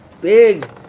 big